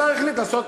השר החליט לעשות,